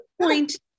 point